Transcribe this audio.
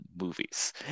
movies